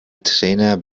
trainer